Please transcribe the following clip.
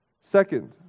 Second